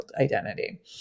identity